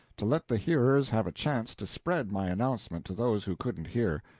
to let the hearers have a chance to spread my announcement to those who couldn't hear,